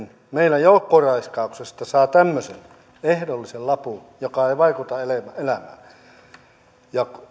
meillä joukkoraiskauksesta saa tämmöisen ehdollisen lapun joka ei vaikuta elämään ja